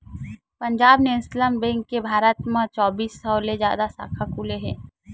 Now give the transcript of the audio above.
Punjab National Bank के भारत म चौबींस सौ ले जादा साखा खुले हे